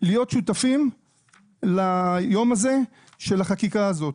להיות שותפים ליום הזה של החקיקה הזאת.